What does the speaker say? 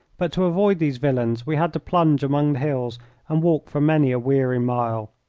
but to avoid these villains we had to plunge among the hills and walk for many a weary mile.